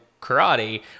karate